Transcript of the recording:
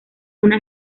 una